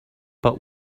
but